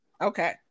Okay